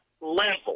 level